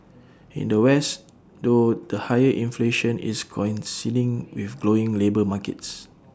in the west though the higher inflation is coinciding with glowing labour markets